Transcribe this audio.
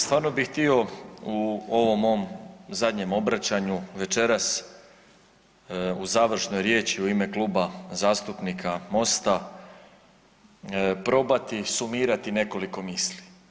Stvarno bih htio u ovom mom zadnjem obraćanju večeras u završnoj riječi u ime Kluba zastupnika MOST-a probati sumirati nekoliko misli.